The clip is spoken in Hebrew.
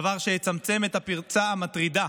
דבר שיצמצם את הפרצה המטרידה